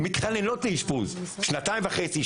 הן מתחננות לאשפוז שנתיים וחצי,